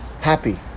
happy